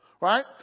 Right